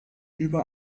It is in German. über